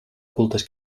cultes